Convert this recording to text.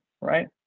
right